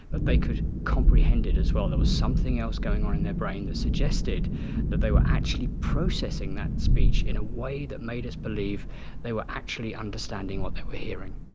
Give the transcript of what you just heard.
but they could comprehend it as well. there was something else going on in their brain that suggested that they were actually processing that speech in a way that made us believe they were actually understanding what they were hearing.